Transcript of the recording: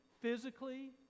physically